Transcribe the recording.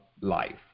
life